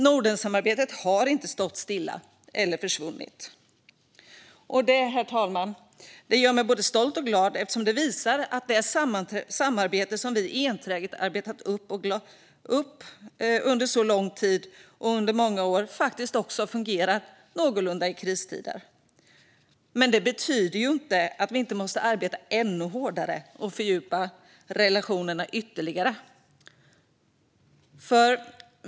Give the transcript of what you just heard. Nordensamarbetet har inte stått stilla eller försvunnit. Det, herr talman, gör mig både stolt och glad, eftersom det visar att det samarbete som vi enträget har arbetat upp under många år faktiskt också har fungerat någorlunda i kristider. Men det betyder inte att vi inte måste arbeta ännu hårdare och fördjupa relationerna ytterligare.